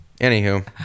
anywho